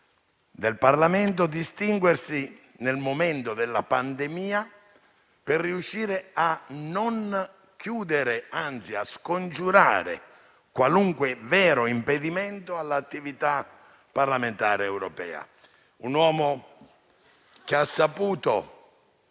seppe distinguersi, nel momento della pandemia, riuscendo a non chiudere, anzi a scongiurare qualunque vero impedimento all'attività parlamentare europea. Un uomo che ha saputo